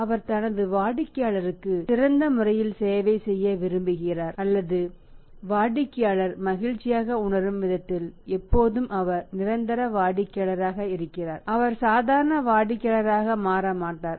எனவே அவர் தனது வாடிக்கையாளருக்கு சிறந்த முறையில் சேவை செய்ய விரும்புகிறார் அல்லது வாடிக்கையாளர் மகிழ்ச்சியாக உணரும் விதத்தில் எப்போதும் அவர் நிரந்தர வாடிக்கையாளராக இருக்கிறார் அவர் சாதாரண வாடிக்கையாளராக மாற மாட்டார்